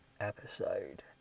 episode